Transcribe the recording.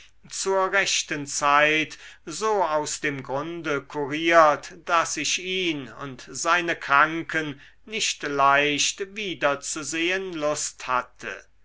zur rechten zeit so aus dem grunde kuriert daß ich ihn und seine kranken nicht leicht wiederzusehen lust hatte